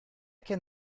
can